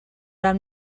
i’m